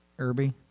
Irby